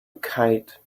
kite